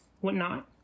whatnot